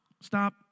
stop